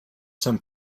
some